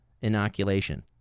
inoculation